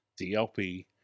dlp